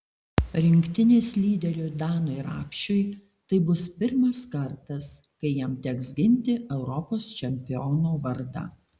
rinktinės lyderiui danui rapšiui tai bus pirmas kartas kai jam teks ginti europos čempiono vardą